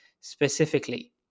specifically